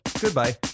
Goodbye